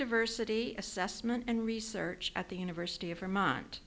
diversity assessment and research at the university of vermont